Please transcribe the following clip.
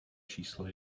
číslo